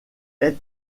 est